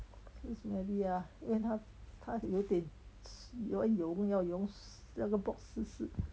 是 smelly ah 因为它它有点用到用那个 box 湿湿